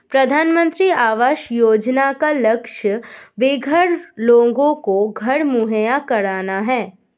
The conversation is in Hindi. प्रधानमंत्री आवास योजना का लक्ष्य बेघर लोगों को घर मुहैया कराना है